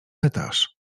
pytasz